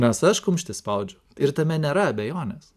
nes aš kumštį spaudžiu ir tame nėra abejonės